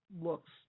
looks